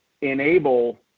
enable